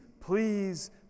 please